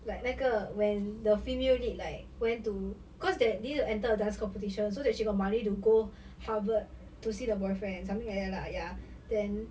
like 那个 when the female lead like went to because there they need to enter a dance competition so that she got money to go harvard to see the boyfriend something like that lah ya then